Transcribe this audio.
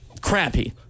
crappy